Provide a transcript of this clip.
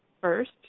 First